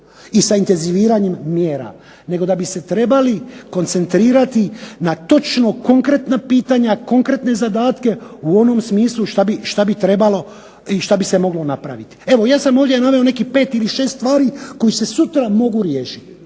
i sa intenziviranjem mjera, nego da bi se trebali koncentrirati na točno konkretna pitanja, konkretne zadatke u onom smislu šta bi trebalo i šta bi se moglo napraviti. Evo ja sam ovdje naveo nekih pet ili šest stvari koji se sutra mogu riješiti.